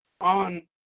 on